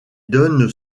donne